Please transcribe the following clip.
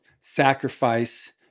sacrifice